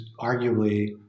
arguably